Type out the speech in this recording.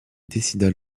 décident